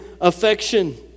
affection